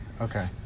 Okay